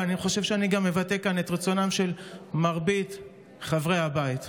ואני חושב שאני גם מבטא כאן את רצונם של מרבית חברי הבית.